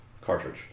cartridge